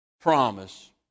promise